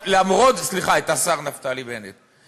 סליחה, את השר נפתלי בנט.